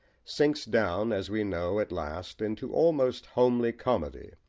sinks down, as we know, at last into almost homely comedy,